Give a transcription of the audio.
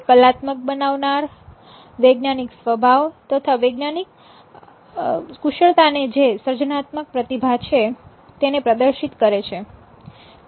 તે કલાત્મક બનાવનાર વૈજ્ઞાનિક સ્વભાવ તથા વૈજ્ઞાનિક કુશળતાને જે સર્જનાત્મક પ્રતિભા છે તેને પ્રદર્શિત કરે છે